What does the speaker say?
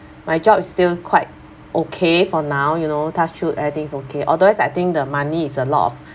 my job is still quite okay for now you know touch wood everything's okay although is I think the money is a lot of